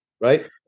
Right